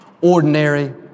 ordinary